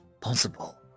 possible